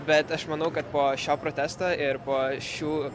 bet aš manau kad po šio protesto ir po šių